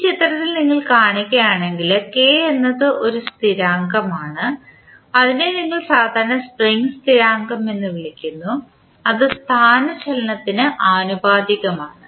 ഈ ചിത്രത്തിൽ നിങ്ങൾ കാണുകയാണെങ്കിൽ K എന്നത് ഒരു സ്ഥിരാങ്കമാണ് അതിനെ നിങ്ങൾ സാധാരണയായി സ്പ്രിംഗ് സ്ഥിരാങ്കം എന്ന് വിളിക്കുന്നു അത് സ്ഥാനചലനത്തിന് ആനുപാതികമാണ്